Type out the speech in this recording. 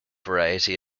variety